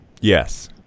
Yes